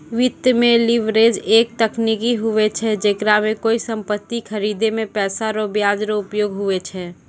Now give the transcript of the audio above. वित्त मे लीवरेज एक तकनीक हुवै छै जेकरा मे कोय सम्पति खरीदे मे पैसा रो ब्याज रो उपयोग हुवै छै